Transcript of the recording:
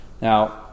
Now